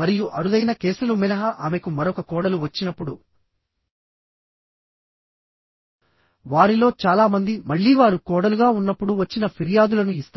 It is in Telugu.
మరియు అరుదైన కేసులు మినహా ఆమెకు మరొక కోడలు వచ్చినప్పుడు వారిలో చాలా మంది మళ్లీ వారు కోడలుగా ఉన్నప్పుడు వచ్చిన ఫిర్యాదులను ఇస్తారు